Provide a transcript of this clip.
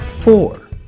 four